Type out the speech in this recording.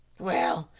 well,